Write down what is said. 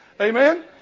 Amen